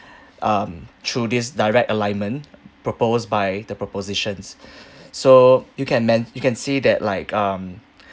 um through this direct alignment proposed by the propositions so you can ment~ you can see that like um